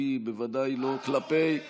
היא מונתה כדי למלא את מצוותיו של הרודן,